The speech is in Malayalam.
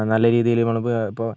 നല്ല രീതിയിൽ നമ്മൾ ഇപ്പോൾ ഇപ്പോൾ